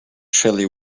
chilly